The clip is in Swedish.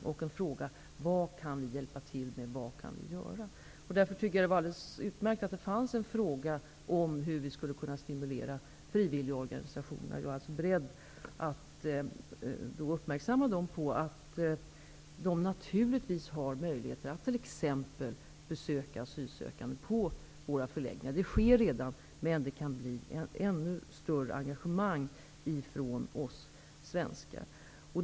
Människor har frågat: Vad kan vi hjälpa till med? Vad kan vi göra? Det var därför alldeles utmärkt att Annika Åhnberg här frågade hur vi skall kunna stimulera frivilligorganisationerna. Jag är beredd att uppmärksamma dem på att de naturligtvis har möjligheter att t.ex. besöka asylsökande på våra förläggningar. Det sker redan, men engagemanget från oss svenskar kan bli ännu större.